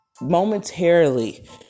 momentarily